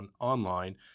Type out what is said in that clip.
online